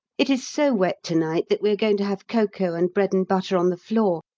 it is so wet to-night that we are going to have cocoa and bread-and-butter on the floor,